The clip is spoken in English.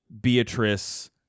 Beatrice